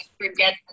Forget